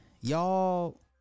Y'all